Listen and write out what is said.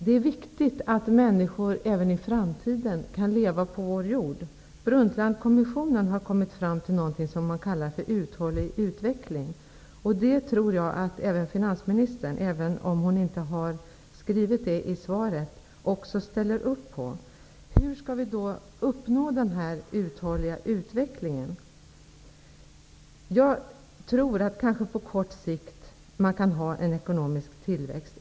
Det är viktigt att människor även i framtiden kan leva på vår jord. Brundtlandkommissionen har kommit fram till något som kallas uthållig utveckling. Det tror jag att också finansministern, även om hon inte säger det i svaret, ställer upp på. Men hur skall vi då uppnå en uthållig utveckling? På kort sikt kan man kanske ha en ekonomisk tillväxt.